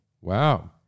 Wow